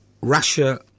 Russia